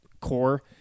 core